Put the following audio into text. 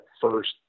first